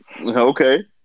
Okay